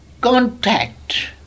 contact